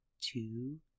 two